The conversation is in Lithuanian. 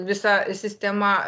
visa sistema